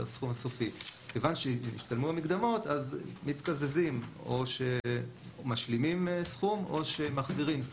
כיוון שהמקדמות השתלמו אז מתקזזים או משלימים סכום או מחזירים סכום.